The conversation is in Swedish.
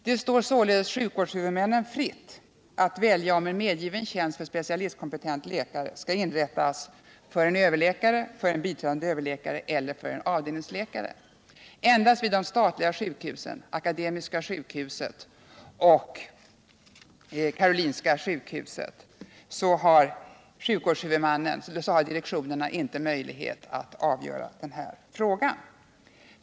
Det står således sjukvårdshuvudmännen fritt att välja om en medgiven tjänst för specialistkompetent läkare skall inrättas för en överläkare, för en biträdande överläkare eller för en avdelningsläkare. Endast vid de statliga sjukhusen, akademiska sjukhuset och karolinska sjukhuset, anför socialstyrelsen synpunkter.